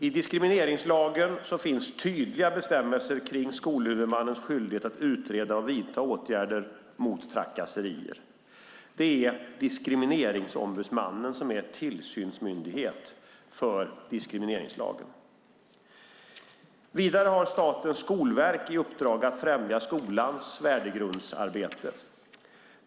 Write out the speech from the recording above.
I diskrimineringslagen finns tydliga bestämmelser kring skolhuvudmannens skyldighet att utreda och vidta åtgärder mot trakasserier. Det är Diskrimineringsombudsmannen som är tillsynsmyndighet för diskrimineringslagen. Vidare har Statens skolverk i uppdrag att främja skolans värdegrundsarbete.